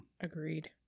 Agreed